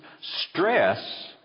Stress